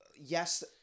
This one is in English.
yes